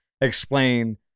explain